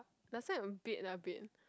last time a bit lah a bit